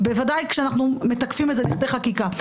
בוודאי כשאנחנו מתקיפים את זה על ידי חקיקה,